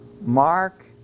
Mark